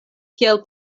kiel